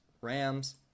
Rams